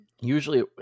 usually